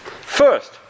First